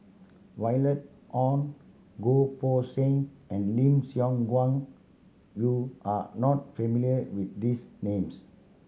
Violet Oon Goh Poh Seng and Lim Siong Guan you are not familiar with these names